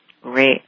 Great